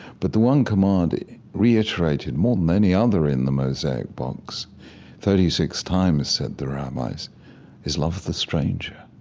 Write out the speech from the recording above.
but the one command reiterated more than any other in the mosaic box thirty six times, said the rabbis is love the stranger.